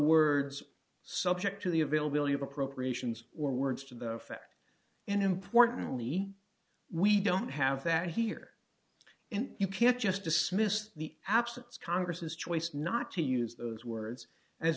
words subject to the availability of appropriations or words to that effect and importantly we don't have that here and you can't just dismiss the absence congress's choice not to use those words as